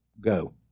go